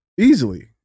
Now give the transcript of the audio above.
easily